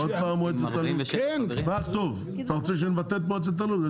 תשמע טוב, אתה רוצה שנבטל את מועצת הלול?